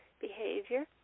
behavior